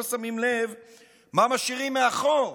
לא שמים לב מה משאירים מאחור.